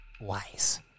...wise